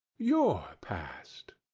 your past.